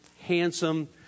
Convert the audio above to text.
handsome